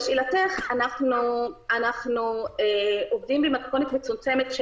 לשאלתך, אנחנו עובדים במתכונת מצומצמת,